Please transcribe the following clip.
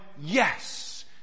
yes